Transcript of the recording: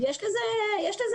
יש לזה השלכות,